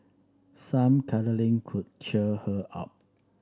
some cuddling could cheer her up